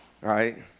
Right